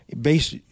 based